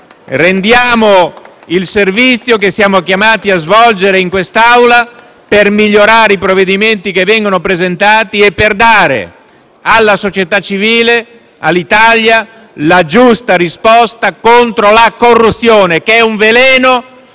rendiamo il servizio che siamo chiamati a svolgere in quest'Aula per migliorare i provvedimenti che vengono presentati e per dare alla società civile e all'Italia la giusta risposta contro la corruzione, che è un veleno